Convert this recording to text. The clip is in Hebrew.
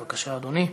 בבקשה, אדוני.